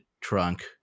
Trunk